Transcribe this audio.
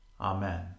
Amen